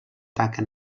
taca